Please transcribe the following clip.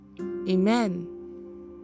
Amen